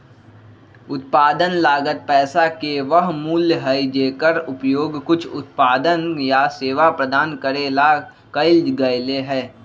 उत्पादन लागत पैसा के वह मूल्य हई जेकर उपयोग कुछ उत्पादन या सेवा प्रदान करे ला कइल गयले है